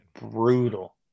brutal